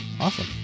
awesome